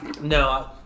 No